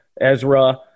ezra